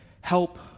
help